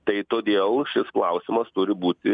tai todėl šis klausimas turi būti